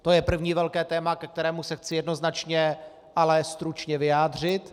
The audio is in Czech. To je první velké téma, ke kterému se chci jednoznačně, ale stručně vyjádřit.